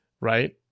Right